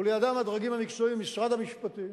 ולידם הדרגים המקצועיים במשרד המשפטים,